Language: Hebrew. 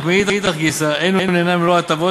אך מאידך גיסא אין הוא נהנה ממלוא ההטבות